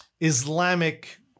Islamic